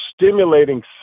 stimulating